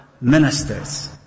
ministers